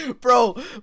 bro